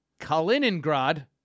Kaliningrad